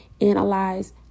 analyze